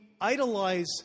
idolize